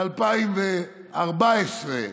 ב-2014,